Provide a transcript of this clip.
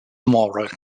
moral